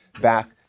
back